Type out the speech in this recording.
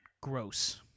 gross